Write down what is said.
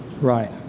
Right